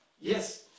Yes